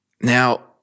Now